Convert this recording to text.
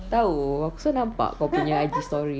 tahu selalu nampak kau punya I_G story